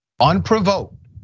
unprovoked